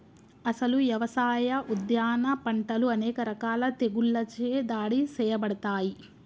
అసలు యవసాయ, ఉద్యాన పంటలు అనేక రకాల తెగుళ్ళచే దాడి సేయబడతాయి